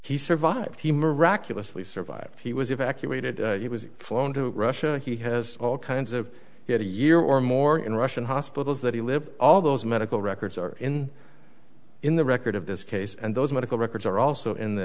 he survived he miraculously survived he was evacuated he was flown to russia he has all kinds of he had a year or more in russian hospitals that he lived all those medical records are in in the record of this case and those medical records are also in the